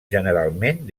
generalment